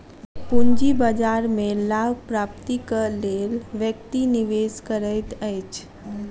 पूंजी बाजार में लाभ प्राप्तिक लेल व्यक्ति निवेश करैत अछि